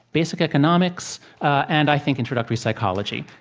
basic economics, and i think introductory psychology.